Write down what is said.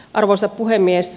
arvoisa puhemies